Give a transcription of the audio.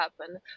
happen